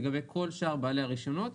לגבי כל שאר בעלי הרישיונות,